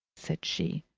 said she.